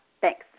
Thanks